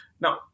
Now